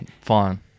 Fine